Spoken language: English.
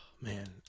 man